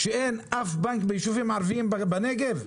כשאין אף בנק ביישובים ערביים בנגב?